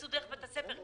שיצאו דרך בית הספר,